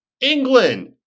England